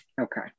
Okay